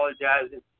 apologizing